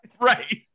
Right